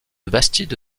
bastide